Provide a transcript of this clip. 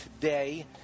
today